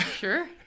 Sure